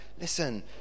listen